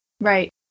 Right